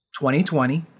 2020